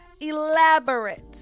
elaborate